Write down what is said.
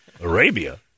Arabia